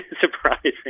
surprising